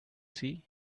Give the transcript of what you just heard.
see